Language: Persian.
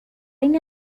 این